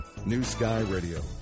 newskyradio